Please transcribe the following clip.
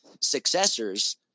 successors